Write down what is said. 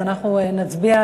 אנחנו נצביע,